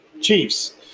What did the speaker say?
Chiefs